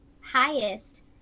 highest